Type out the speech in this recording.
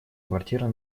квартира